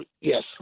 Yes